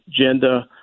agenda